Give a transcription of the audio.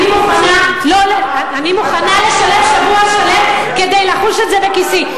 אני מוכנה לשלם שבוע שלם כדי לחוש את זה בכיסי.